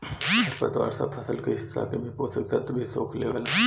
खर पतवार सब फसल के हिस्सा के भी पोषक तत्व भी सोख लेवेला